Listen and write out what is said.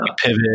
pivot